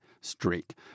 streak